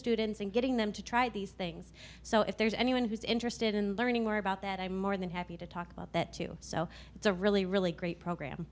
students and getting them to try these things so if there's anyone who's interested in learning more about that i'm more than happy to talk about that too so it's a really really great program